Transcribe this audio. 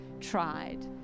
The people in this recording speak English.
tried